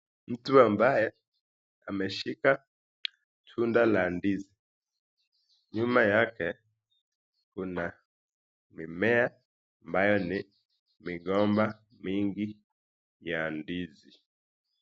Mtu ambaye ameshika tunda la ndizi. Nyuma yake kuna mimea ambayo ni migomba mingi ya ndizi.